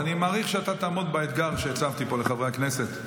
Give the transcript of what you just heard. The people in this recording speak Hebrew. אני מעריך שאתה תעמוד באתגר שהצבתי פה לחברי הכנסת.